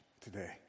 today